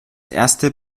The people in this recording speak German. erste